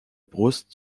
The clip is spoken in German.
brust